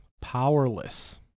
Powerless